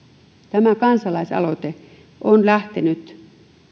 tämä kansalaisaloite on lähtenyt